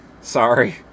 Sorry